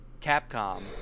Capcom